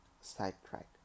sidetrack